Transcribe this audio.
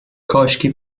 کاشکی